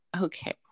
Okay